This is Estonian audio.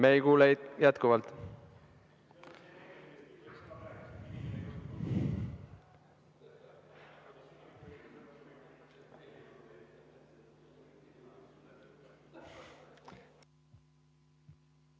Me ei kuule jätkuvalt.